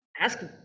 ask